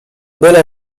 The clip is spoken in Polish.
byle